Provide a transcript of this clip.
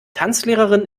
tanzlehrerin